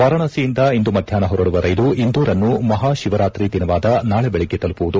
ವಾರಾಣಸಿಯಿಂದ ಇಂದು ಮಧ್ಯಾಹ್ನ ಹೊರಡುವ ರೈಲು ಇಂದೋರ್ಅನ್ನು ಮಹಾ ಶಿವರಾತ್ರಿ ದಿನವಾದ ನಾಳೆ ಬೆಳಗ್ಗೆ ತಲುಪುವುದು